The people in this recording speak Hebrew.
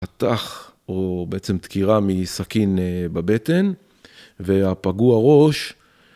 חתך או בעצם דקירה מסכין בבטן, והפגוע ראש